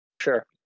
Sure